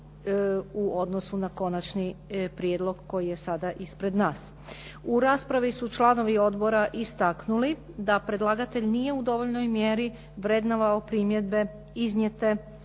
u odnosu na Konačni prijedlog koji je sada ispred nas. U raspravi su članovi odbora istaknuli da predlagatelj nije u dovoljnoj mjeri vrednovao primjedbe iznijete